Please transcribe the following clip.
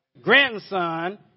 Grandson